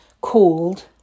called